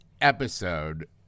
episode